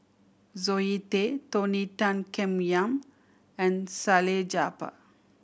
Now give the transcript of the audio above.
Zoe Tay Tony Tan Keng Yam and Salleh Japar